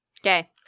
Okay